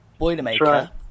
Boilermaker